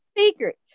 secret